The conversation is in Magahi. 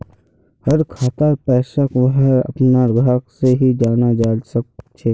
हर खातार पैसाक वहार अपनार ग्राहक से ही जाना जाल सकछे